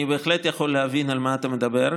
אני בהחלט יכול להבין על מה אתה מדבר,